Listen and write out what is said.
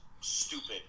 stupid